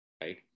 right